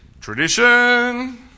Tradition